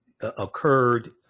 occurred